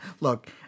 look